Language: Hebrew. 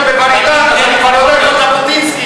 בבר-אילן אני כבר לא יודע איפה ז'בוטינסקי.